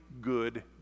good